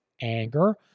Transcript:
anger